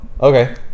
okay